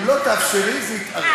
אם לא תאפשרי, זה יתארך.